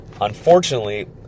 Unfortunately